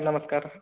नमस्कारः